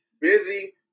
Busy